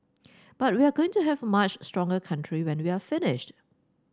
but we're going to have a much stronger country when we're finished